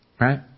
Right